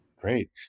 Great